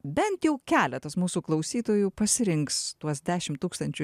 bent jau keletas mūsų klausytojų pasirinks tuos dešim tūkstančių